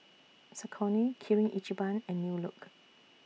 Saucony Kirin Ichiban and New Look